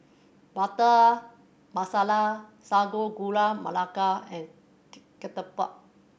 Butter Masala Sago Gula Melaka and ketupat